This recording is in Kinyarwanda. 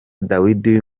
dawidi